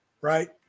right